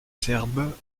serbes